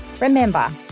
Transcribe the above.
remember